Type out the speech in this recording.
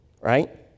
right